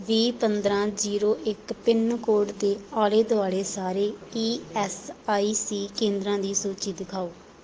ਵੀਹ ਪੰਦਰ੍ਹਾਂ ਜ਼ੀਰੋ ਇੱਕ ਪਿੰਨ ਕੋਡ ਦੇ ਆਲੇ ਦੁਆਲੇ ਸਾਰੇ ਈ ਐੱਸ ਆਈ ਸੀ ਕੇਂਦਰਾਂ ਦੀ ਸੂਚੀ ਦਿਖਾਓ